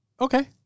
Okay